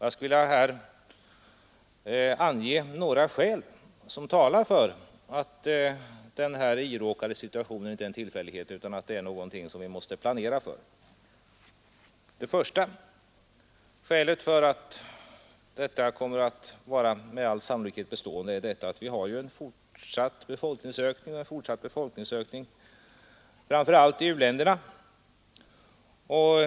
Jag skulle vilja ange några skäl som talar för att den nu iråkade situationen inte är en tillfällighet utan något som vi måste planera för. Det första skälet för att den med all sannolikhet kommer att vara bestående är att det kan förväntas en fortsatt befolkningsökning framför allt i u-länderna.